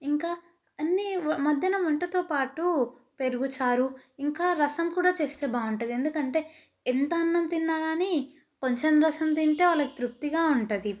ఇంకా అన్నీ మధ్యాహ్నం వంటతో పాటు పెరుగుచారు ఇంకా రసం కూడా చేస్తే బాగుంటుంది ఎందుకంటే ఎంత అన్నం తిన్నా కానీ కొంచెం రసం తింటే వాళ్ళకి తృప్తిగా ఉంటుంది